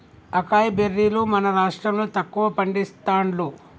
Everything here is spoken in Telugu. అకాయ్ బెర్రీలు మన రాష్టం లో తక్కువ పండిస్తాండ్లు